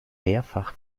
mehrfach